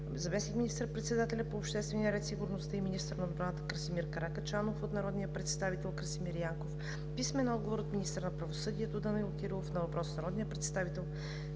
заместник министър-председателя по обществения ред, сигурността и министър на отбраната Красимир Каракачанов от народния представител Красимир Янков; - министъра на правосъдието Данаил Кирилов на въпрос от народния представител